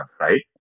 Right